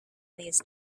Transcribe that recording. these